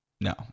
No